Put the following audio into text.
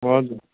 हजुर